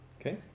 Okay